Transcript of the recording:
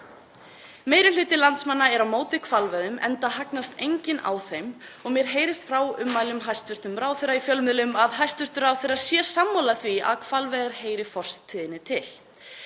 Meiri hluti landsmanna er á móti hvalveiðum enda hagnast enginn á þeim og mér heyrist af ummælum hæstv. ráðherra í fjölmiðlum að ráðherra sé sammála því að hvalveiðar heyri fortíðinni til.